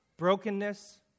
brokenness